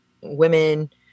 women